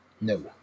No